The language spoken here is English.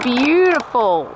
beautiful